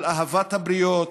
על אהבת הבריות,